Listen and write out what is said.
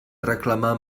reclamar